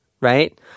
right